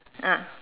ah